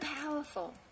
powerful